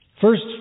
First